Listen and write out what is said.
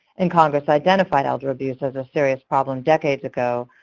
and congress identified elder abuse as a serious problem decades ago,